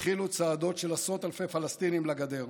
התחילו צעדות של עשרות אלפי פלסטינים לגדר.